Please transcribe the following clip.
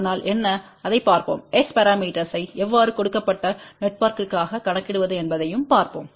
அதனால் என்ன அதைப் பார்ப்போம் S பரமீட்டர்ஸ் ஐ எவ்வாறு கொடுக்கப்பட்ட நெட்ஒர்க்த்திற்காக கணக்கிடுவது என்பதையும் பார்ப்போம்